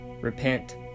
repent